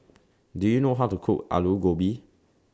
Do YOU know How to Cook Alu Gobi